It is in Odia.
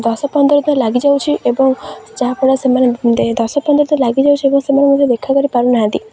ଦଶ ପନ୍ଦର ତ ଲାଗିଯାଉଛିି ଏବଂ ଯାହାଫଳରେ ସେମାନେ ଦଶ ପନ୍ଦର ତ ଲାଗିଯାଉଛିି ଏବଂ ସେମାନେ ମଧ୍ୟ ଦେଖା କରିପାରୁନାହାନ୍ତି